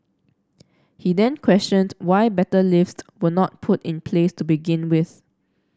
he then questioned why better lifts were not put in place to begin with